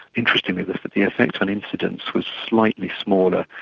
interestingly the but the effect on incidence was slightly smaller.